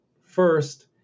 First